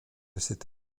cette